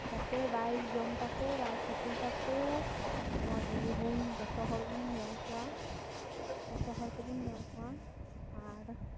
ᱡᱟᱛᱮ ᱵᱟᱭ ᱡᱚᱢ ᱛᱟᱠᱚ ᱵᱟᱭ ᱠᱷᱚᱛᱤᱭ ᱛᱟᱠᱚ ᱢᱚᱡᱽ ᱜᱮᱵᱚᱱ ᱡᱚᱛᱚ ᱦᱚᱲ ᱵᱚᱱ ᱧᱮᱞ ᱠᱚᱣᱟ ᱡᱚᱛᱚ ᱦᱚᱲ ᱛᱮᱵᱚᱱ ᱧᱮᱞ ᱠᱚᱣᱟ ᱟᱨ